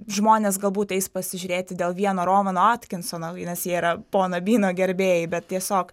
žmonės galbūt eis pasižiūrėti dėl vieno rovano atkinsono nes jie yra pono byno gerbėjai bet tiesiog